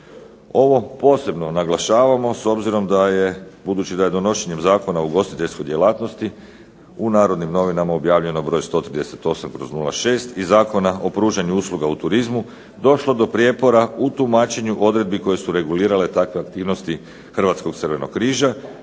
Ovo posebno naglašavamo s obzirom da je budući da je donošenjem Zakona o ugostiteljskoj djelatnosti u Narodnim novinama broj 138/06. i Zakona o pružanju usluga u turizmu došlo do prijepora u tumačenju odredbi koje su regulirale takve aktivnosti Hrvatskog crvenog križa,